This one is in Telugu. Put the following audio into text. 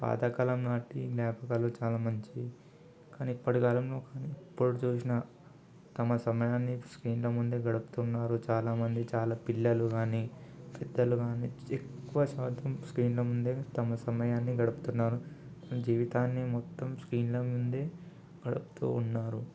పాతకాలంనాటి జ్ణాపకాలు చాలా మంచివి కానీ ఇప్పటి కాలంలో ఎప్పుడు చూసినా తమ సమయాన్ని స్క్రీన్ల ముందే గడుపుతున్నారు చాలామంది చాలా పిల్లలు కానీ పెద్దలు కానీ ఎక్కువశాతం స్క్రీన్ల ముందే తమ సమయాన్ని గడుపుతున్నారు తమ జీవితాన్ని మొత్తం స్క్రీన్ల ముందే గడుపుతు ఉన్నారు